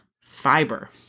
fiber